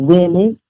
Women